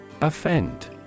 Offend